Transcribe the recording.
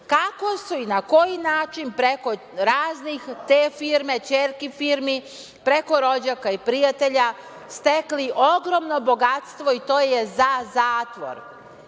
kako su i na koji način preko raznih firmi, ćerki firmi, preko rođaka i prijatelja stekli ogromno bogatstvo i to je za zatvor,